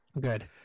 Good